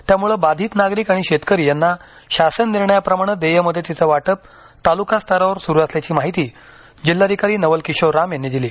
त्यामुळे बाधित नागरिक आणि शेतकरी यांना शासन निर्णयाप्रमाणे देय मदतीचे वाटप तालुकास्तरावर सुरू असल्याची माहिती जिल्हाधिकारी नवल किशोर राम यांनी दिली